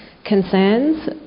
concerns